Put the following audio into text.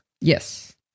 Yes